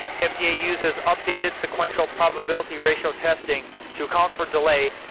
ah fda uses updated sequential probability ratio testing to account for delay,